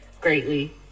greatly